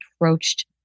approached